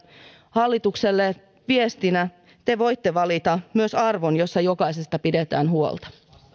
hallitukselle viestinä te voitte valita myös arvon jossa jokaisesta pidetään huolta